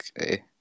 Okay